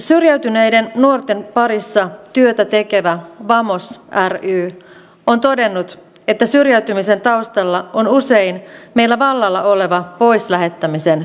syrjäytyneiden nuorten parissa työtä tekevä vamos ry on todennut että syrjäytymisen taustalla on usein meillä vallalla oleva pois lähettämisen kulttuuri